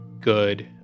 good